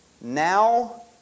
now